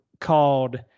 called